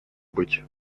быть